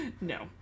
no